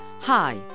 Hi